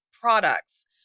products